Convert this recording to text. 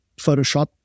Photoshop